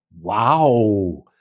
Wow